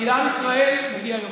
כי לעם ישראל מגיע יותר.